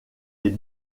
est